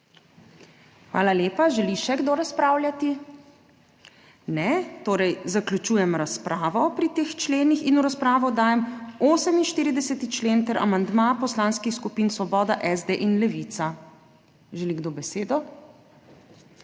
Hvala lepa. Želi še kdo razpravljati? Ne. Torej zaključujem razpravo pri teh členih. V razpravo dajem 48. člen ter amandma poslanskih skupin Svoboda, SD in Levica. Želi kdo besedo?